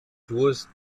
duos